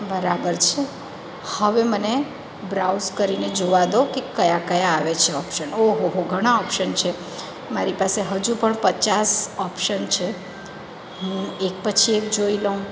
બરાબર છે હવે મને બ્રાઉઝ કરીને જોવા દો કે કયા કયા આવે છે ઓપ્શન ઓહો હો હો ઘણા ઓપ્શન છે મારી પાસે હજુ પણ પચાસ ઓપ્શન છે હું એક પછી એક જોઈ લઉં